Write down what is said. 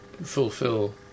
fulfill